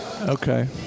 Okay